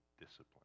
discipline